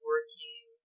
working